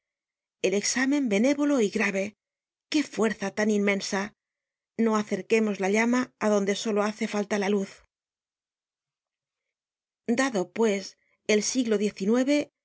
el exámen benévolo y grave qué fuerza tan inmensa no acerquemos la llama adonde solo hace falta la luz dado pues el siglo